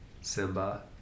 simba